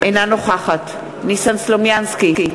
אינה נוכחת ניסן סלומינסקי,